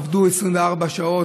עבדו 24 שעות,